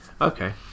okay